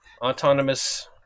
Autonomous